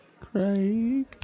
Craig